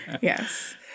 Yes